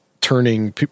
turning